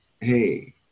hey